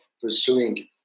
pursuing